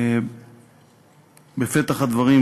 בפתח הדברים,